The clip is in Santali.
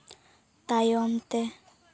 ᱛᱟᱭᱚᱢ ᱛᱮ